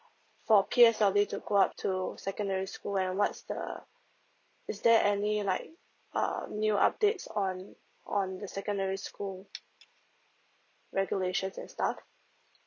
for P_S_L_E to go up to secondary school and what's the is there any like uh new updates on on the secondary school regulations and stuff